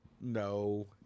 No